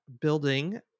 building